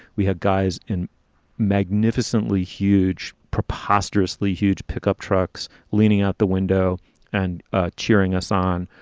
we had guys in magnificently huge, preposterously huge pickup trucks leaning out the window and cheering us on.